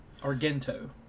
Argento